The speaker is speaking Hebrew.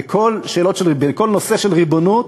בכל נושא של ריבונות,